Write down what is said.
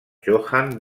johann